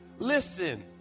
Listen